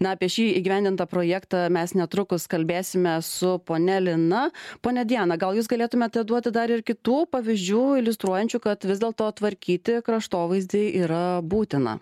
na apie šį įgyvendintą projektą mes netrukus kalbėsime su ponia lina ponia diana gal jūs galėtumėte duoti dar ir kitų pavyzdžių iliustruojančių kad vis dėlto tvarkyti kraštovaizdį yra būtina